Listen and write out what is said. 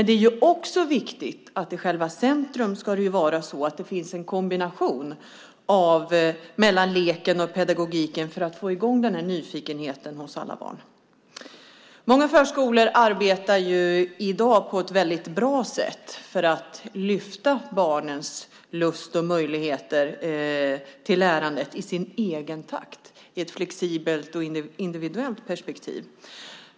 Det är också viktigt att det i själva centrum finns en kombination av leken och pedagogiken just för att få i gång nyfikenheten hos alla barn. Många förskolor arbetar i dag på ett väldigt bra sätt för att lyfta barnens lust och möjligheter till lärande i deras egen takt och i ett flexibelt och individuellt perspektiv.